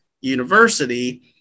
university